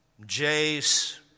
Jace